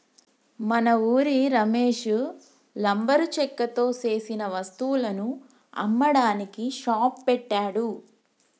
మన ఉరి రమేష్ లంబరు చెక్కతో సేసిన వస్తువులను అమ్మడానికి షాప్ పెట్టాడు